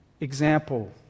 example